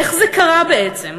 איך זה קרה בעצם?